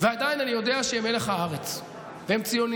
ועדיין אני יודע שהם מלח הארץ והם ציונים